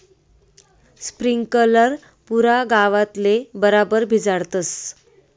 sprinkler पुरा गावतले बराबर भिजाडस